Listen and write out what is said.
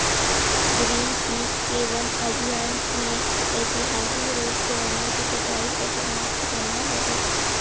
Greenpeace के वन अभियान ने ऐतिहासिक रूप से वनों की कटाई को समाप्त करना होगा